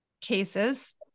cases